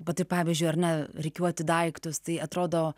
va tai pavyzdžiui ar ne rikiuoti daiktus tai atrodo